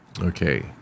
Okay